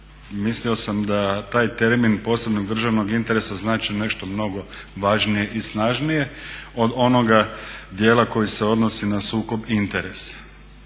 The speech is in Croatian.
mislio sam da taj termin posebnog državnog interesa znači nešto mnogo važnije i snažnije od onoga djela koji se odnosi na sukob interesa,